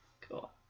cool